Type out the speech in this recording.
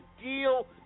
deal